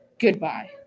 Goodbye